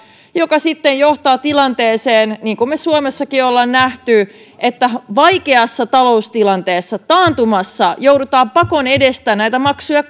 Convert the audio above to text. mikä sitten johtaa tilanteeseen niin kuin me suomessakin olemme nähneet että vaikeassa taloustilanteessa taantumassa joudutaan pakon edestä näitä maksuja